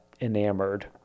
enamored